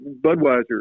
Budweiser